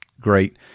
great